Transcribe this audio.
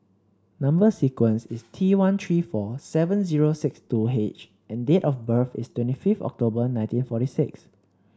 number sequence is T one three four seven zero six two H and date of birth is twenty fifth October nineteen forty six